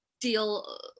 deal